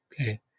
okay